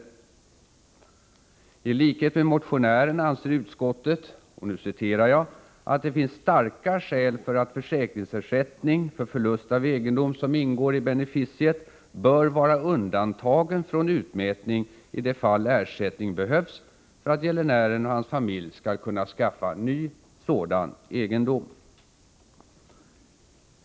Utskottet säger: ”I likhet med motionären anser utskottet att det finns starka skäl för att försäkringsersättning för förlust av egendom som ingår i beneficiet bör vara undantagen från utmätning i de fall ersättningen behövs för att gäldenären och hans familj skall kunna skaffa ny sådan egendom.